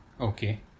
Okay